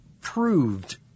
proved